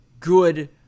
Good